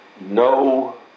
No